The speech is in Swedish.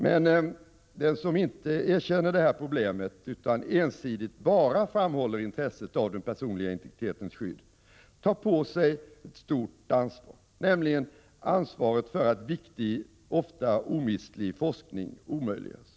Men den som inte erkänner detta problem utan ensidigt bara framhåller intresset av den personliga integritetens skydd tar på sig ett stort ansvar, nämligen ansvaret för att viktig, ofta omistlig, forskning omöjliggörs.